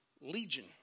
Legion